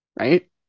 right